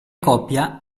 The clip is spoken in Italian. coppia